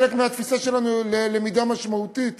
חלק מהתפיסה שלנו ללמידה משמעותית,